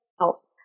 else